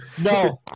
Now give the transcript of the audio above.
no